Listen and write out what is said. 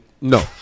No